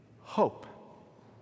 hope